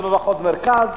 זה במחוז מרכז,